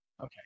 Okay